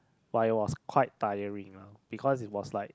but it was quite tiring lah because it was like